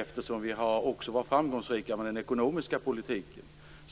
Eftersom vi också har varit framgångsrika med den ekonomiska poltiken